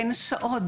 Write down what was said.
אין שעות,